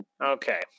Okay